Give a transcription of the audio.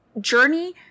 journey